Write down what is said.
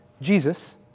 Jesus